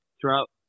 throughout